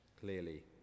Clearly